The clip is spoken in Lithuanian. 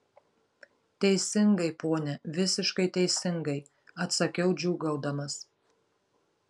teisingai pone visiškai teisingai atsakiau džiūgaudamas